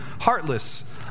heartless